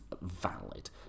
valid